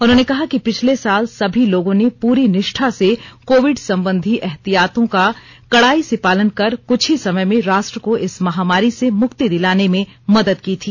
उन्होंने कहा कि पिछले साल सभी लोगों ने पूरी निष्ठा से कोविड सम्बंधी एहतियातों का कड़ाई से पालन कर कुछ ही समय में राष्ट्र को इस महामारी से मुक्ति दिलाने में मदद की थी